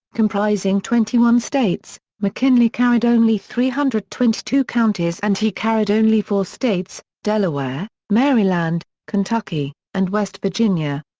comprising twenty one states, mckinley carried only three hundred and twenty two counties and he carried only four states delaware, maryland, kentucky, and west virginia.